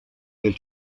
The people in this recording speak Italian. nel